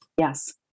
Yes